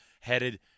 headed